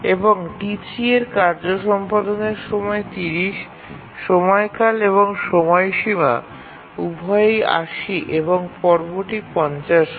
এবং T3 এর কার্য সম্পাদনের সময় ৩০ সময়কাল এবং চূড়ান্ত সময়সীমা উভয়ই ৮০ এবং ফেজ ৫০ হয়